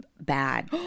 bad